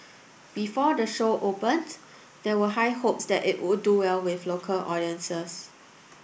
before the show opened there were high hopes that it would do well with local audiences